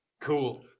Cool